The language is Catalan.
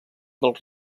dels